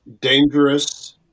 dangerous